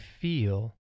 feel